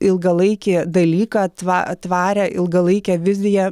ilgalaikį dalyką tva tvarią ilgalaikę viziją